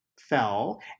fell